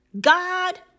God